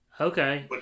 Okay